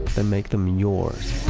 that makes them yours.